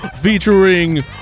featuring